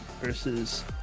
versus